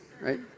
right